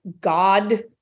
God